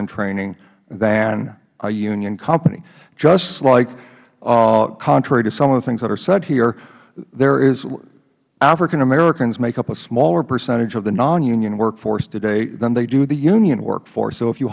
in training than a union company just like contrary to some of the things that are said here there is african americans make up a smaller percentage of the non union work force today than the do the union work force so if you